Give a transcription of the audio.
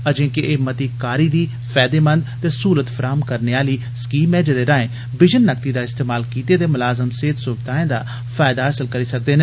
अजें कि एह मती कारी दी फैयदेमंद ते सहूलत फराहम कराने आली स्कीम ऐ जेदे राए विजन नकदी दा इस्तमाल कीते दे मलाजम सेहत सुविधाएं दा फैयदा हासल करी सकदे न